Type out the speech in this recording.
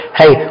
hey